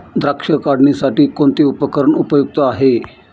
द्राक्ष काढणीसाठी कोणते उपकरण उपयुक्त आहे?